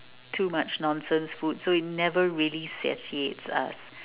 too much nonsense food so it never really satiates us